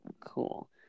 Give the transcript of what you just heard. cool